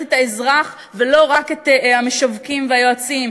את האזרח ולא רק את המשווקים והיועצים,